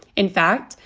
in fact,